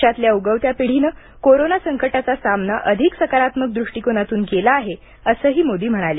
देशातल्या उगवत्या पिढीने कोरोना संकटाचा सामना अधिक सकारात्मक दृष्टीकोनातून केला आहे असे मोदी म्हणाले